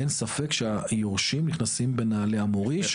אין ספק שהיורשים נכנסים בנעלי המוריש.